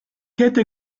hätte